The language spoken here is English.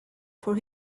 for